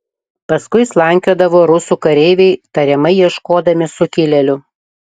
paskui slankiodavo rusų kareiviai tariamai ieškodami sukilėlių